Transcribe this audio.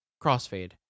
crossfade